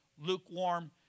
lukewarm